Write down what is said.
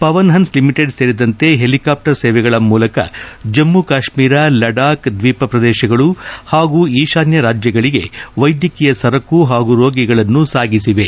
Pavan Hans limited ಸೇರಿದಂತೆ helicopter ಸೇವೆಗಳ ಮೂಲಕ ಜಮ್ಮ ಕಾಶ್ಮೀರ ಲಡಾಕ್ ದ್ವೀಪ ಪ್ರದೇಶಗಳು ಹಾಗೂ ಈತಾನ್ನ ರಾಜ್ಯಗಳಿಗೆ ವ್ಯೆದ್ಧಕೀಯ ಸರಕು ಹಾಗೂ ರೋಗಿಗಳನ್ನು ಸಾಗಿಸಿವೆ